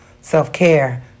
self-care